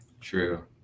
True